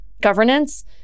governance